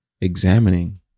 examining